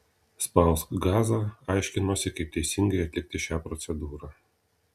spausk gazą aiškinosi kaip teisingai atlikti šią procedūrą